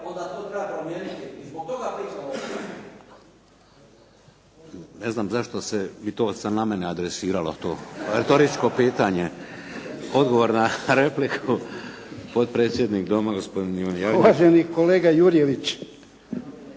Ne znam zašto se to sad na mene adresiralo to? Retoričko pitanje. Odgovor na repliku, potpredsjednik doma gospodin Ivan Jarnjak.